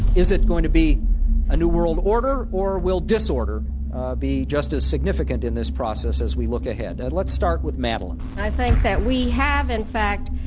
is it going to be a new world order or will disorder be just as significant in this process as we look ahead and let's start with madeleine. i think that we have, in fact,